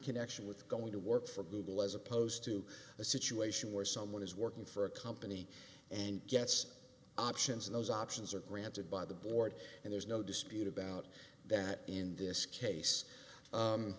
connection with going to work for google as opposed to a situation where someone is working for a company and gets options and those options are granted by the board and there's no dispute about that in this case